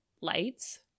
lights